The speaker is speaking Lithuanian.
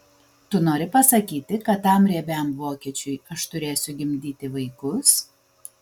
tu nori pasakyti kad tam riebiam vokiečiui aš turėsiu gimdyti vaikus